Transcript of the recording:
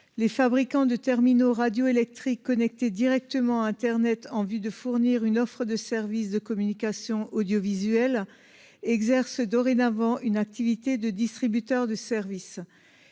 Les fabricants de terminaux radioélectriques connecté directement à Internet en vue de fournir une offre de services de communication audiovisuelle et exerce dorénavant une activité de distributeur de services